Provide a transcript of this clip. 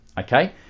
okay